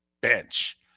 bench